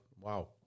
Wow